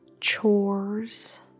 chores